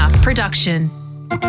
production